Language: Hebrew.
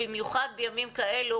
במיוחד בימים כאלה,